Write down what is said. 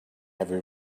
heavy